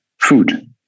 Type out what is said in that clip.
food